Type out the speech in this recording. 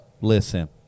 Listen